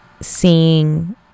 seeing